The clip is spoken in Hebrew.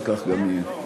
וכך גם יהיה.